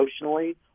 emotionally